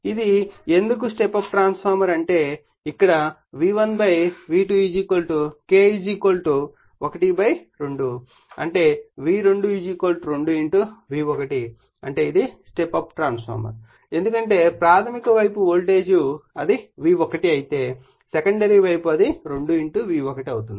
ఇది ఎందుకు step up transformer అంటే ఇక్కడ V1 V2 K 12 అంటేV2 2 V1 అంటే ఇది స్టెప్ అప్ ట్రాన్స్ఫార్మర్ ఎందుకంటే ప్రాధమిక వైపు వోల్టేజ్ అది V1 అయితే సెకండరీ వైపు అది 2 V1 అవుతుంది